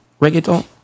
reggaeton